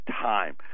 time